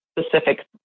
specific